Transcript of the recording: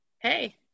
Hey